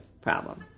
problem